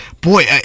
boy